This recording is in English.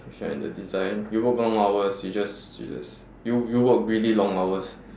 if you're in the design you work long hours you just you just you you work really long hours